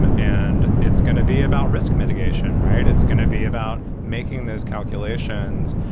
and and it's going to be about risk mitigation, right? it's going to be about making those calculations.